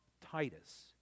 Titus